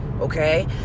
Okay